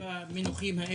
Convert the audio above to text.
אני